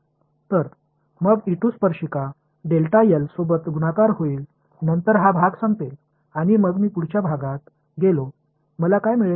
तर मग स्पर्शिका सोबत गुणाकार होईल नंतर हा भाग संपेल आणि मग मी पुढच्या भागात गेलो मला काय मिळेल